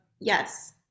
yes